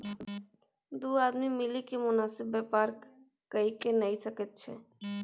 दू आदमी मिलिकए मोनासिब बेपार कइये नै सकैत छै